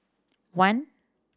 one